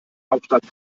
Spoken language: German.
hauptstadt